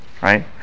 right